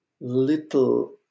little